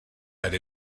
had